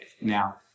Now